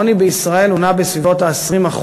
העוני בישראל נע בסביבות ה-20%.